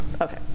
Okay